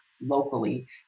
locally